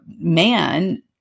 man